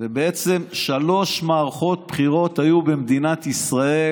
בעצם שלוש מערכות בחירות היו במדינת ישראל.